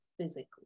physically